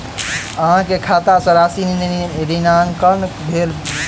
अहाँ के खाता सॅ राशि ऋणांकन भेल की?